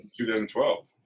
2012